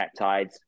peptides